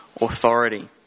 authority